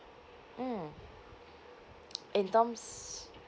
mm in terms